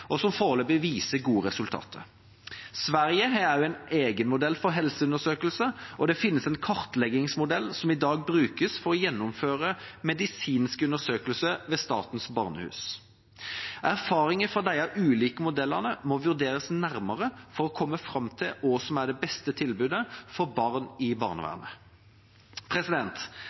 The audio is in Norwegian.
og som foreløpig viser gode resultater. Sverige har en egen modell for helseundersøkelser, og det finnes en kartleggingsmodell som i dag brukes for å gjennomføre medisinske undersøkelser ved Statens barnehus. Erfaringene fra disse ulike modellene må vurderes nærmere for å komme fram til hva som er det beste tilbudet for barn i barnevernet.